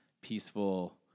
peaceful